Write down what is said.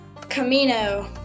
Camino